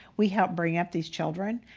we help bring up these children.